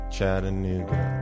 Chattanooga